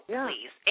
please